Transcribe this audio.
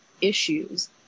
issues